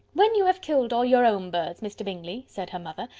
when you have killed all your own birds, mr. bingley, said her mother,